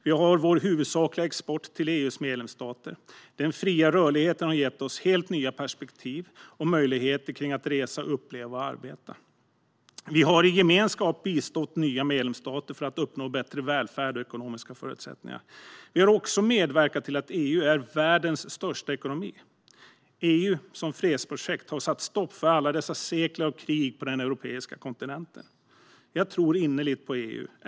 Vi har vår huvudsakliga export till EU:s medlemsstater, och den fria rörligheten har gett oss helt nya perspektiv och möjligheter när det gäller att resa, uppleva och arbeta. Vi har i gemenskap bistått nya medlemsstater i att uppnå bättre välfärd och ekonomiska förutsättningar. Vi har också medverkat till att EU är världens största ekonomi. EU som fredsprojekt har satt stopp för alla dessa sekler av krig på den europeiska kontinenten. Jag tror innerligt på EU.